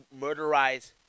murderize